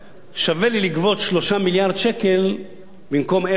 שווה לי לגבות 3 מיליארד שקל במקום אפס,